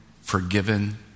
forgiven